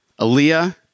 Aaliyah